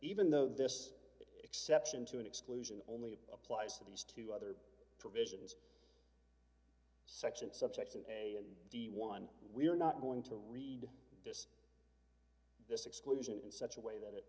even though this exception to an exclusion only applies to these two other provisions section subsection a and the one we are not going to read this this exclusion in such a way that it